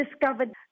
discovered